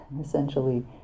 essentially